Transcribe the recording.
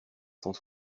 cent